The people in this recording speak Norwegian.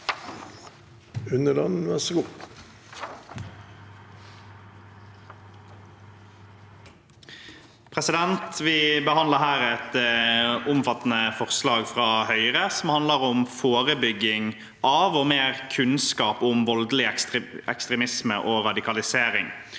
for saken): Vi behandler her et omfattende forslag fra Høyre som handler om forebygging av og mer kunnskap om voldelig ekstremisme og radikalisering.